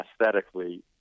aesthetically